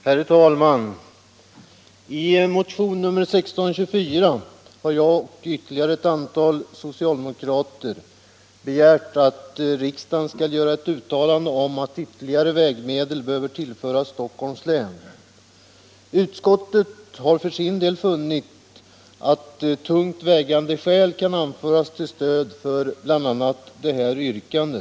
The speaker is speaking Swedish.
Herr talman! I motion nr 1624 har jag och ytterligare ett antal socialdemokrater begärt att riksdagen skall göra ett uttalande om att ytterligare vägmedel behöver tillföras Stockholms län. Utskottet har för sin del funnit att tungt vägande skäl kan anföras till stöd för bl.a. detta yrkande.